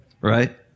right